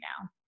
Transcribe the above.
now